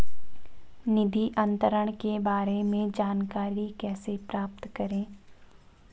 निधि अंतरण के बारे में जानकारी कैसे प्राप्त करें?